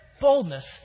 boldness